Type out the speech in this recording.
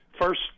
first